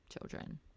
children